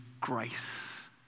grace